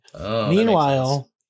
Meanwhile